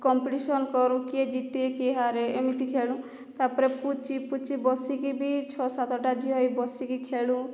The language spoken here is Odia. କମ୍ପଟିସନ କରୁ କିଏ ଜିତେ କିଏ ହାରେ ଏମିତି ଖେଳୁ ତାପରେ ପୁଚି ପୁଚି ବସିକି ବି ଛଅ ସାତଟା ଝିଅ ଏହି ବସିକି ଖେଳୁ